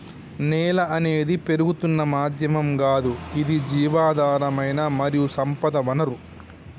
నేల అనేది పెరుగుతున్న మాధ్యమం గాదు ఇది జీవధారమైన మరియు సంపద వనరు